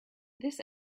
this